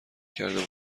کرده